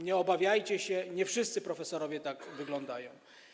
Nie obawiajcie się, nie wszyscy profesorowie tak wyglądają.